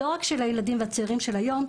לא רק של הילדים והצעירים של היום,